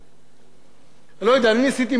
אני ניסיתי מדי יום כשהגעתי הביתה לבחון,